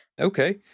Okay